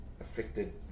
affected